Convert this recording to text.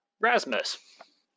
Rasmus